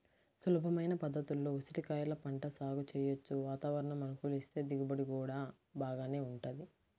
సులభమైన పద్ధతుల్లో ఉసిరికాయల పంట సాగు చెయ్యొచ్చు, వాతావరణం అనుకూలిస్తే దిగుబడి గూడా బాగానే వుంటది